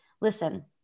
listen